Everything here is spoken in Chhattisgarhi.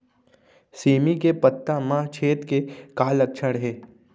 सेमी के पत्ता म छेद के का लक्षण हे?